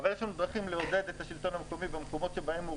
אבל יש לנו דרכים לעודד את השלטון המקומי במקומות שבהם הוא